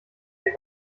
der